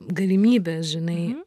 galimybes žinai